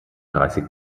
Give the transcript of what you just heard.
dreißig